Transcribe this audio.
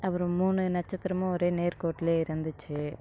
அப்புறம் மூணு நட்சத்திரமும் ஒரே நேர்கோட்டில் இருந்துச்சு